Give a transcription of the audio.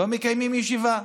לא מקיימים ישיבה.